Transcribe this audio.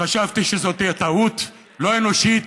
חמוד,